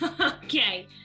okay